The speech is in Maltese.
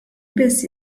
biss